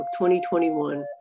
2021